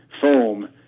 foam